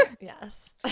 Yes